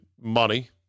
Money